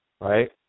right